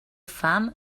fam